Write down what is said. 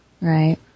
Right